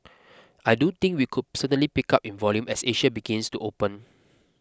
I do think we could certainly pick up in volume as Asia begins to open